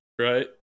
right